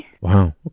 Wow